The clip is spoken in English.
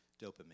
dopamine